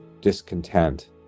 discontent